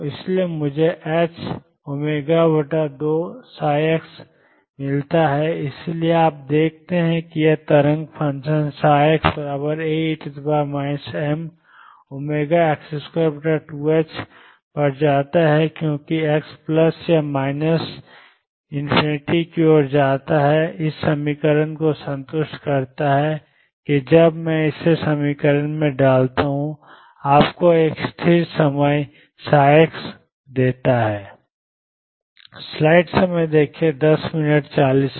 इसलिए मुझे ℏω2x मिलता है इसलिए आप देखते हैं कि यह तरंग फ़ंक्शन xAe mω2ℏx2 पर जाता है क्योंकि x प्लस या माइनस की ओर जाता है और इस समीकरण को संतुष्ट करता है कि जब मैं इसे इस समीकरण में डालता हूं तो आपको एक स्थिर समय x देता है